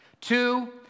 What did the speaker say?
Two